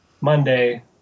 Monday